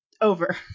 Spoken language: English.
over